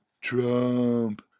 Trump